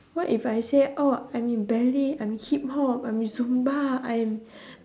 what if I say oh I'm in belly I'm in hip-hop I'm in zumba I am